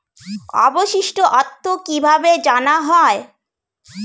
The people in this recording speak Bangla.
অবশিষ্ট অর্থ কিভাবে জানা হয়?